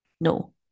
No